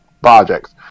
projects